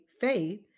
faith